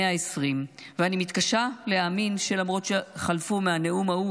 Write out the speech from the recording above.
120. אני מתקשה להאמין שלמרות שחלפו מהנאום ההוא